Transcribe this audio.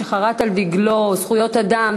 שחרת על דגלו זכויות אדם,